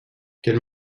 quels